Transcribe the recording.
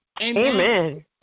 Amen